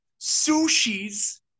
sushi's